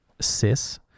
cis